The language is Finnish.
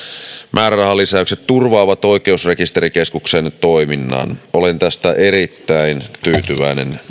määrärahalisäykset turvaavat oikeusrekisterikeskuksen toiminnan olen tästä määrärahalisäyksestä erittäin tyytyväinen